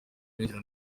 binjira